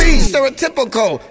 stereotypical